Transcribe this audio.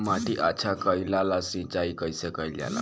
माटी अच्छा कइला ला सिंचाई कइसे कइल जाला?